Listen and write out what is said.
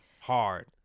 hard